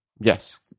Yes